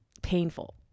painful